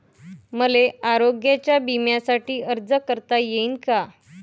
मले आरोग्य बिम्यासाठी अर्ज करता येईन का?